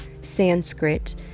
Sanskrit